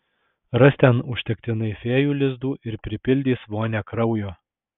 ras ten užtektinai fėjų lizdų ir pripildys vonią kraujo